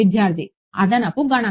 విద్యార్థి అదనపు గణన